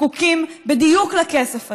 זקוקים בדיוק לכסף הזה.